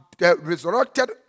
resurrected